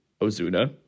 Ozuna